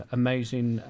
amazing